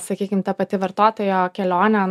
sakykim ta pati vartotojo kelionė